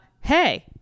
Hey